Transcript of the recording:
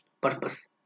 purpose